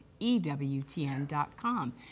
eWTN.com